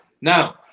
now